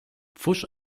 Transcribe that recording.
pfusch